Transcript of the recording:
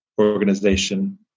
organization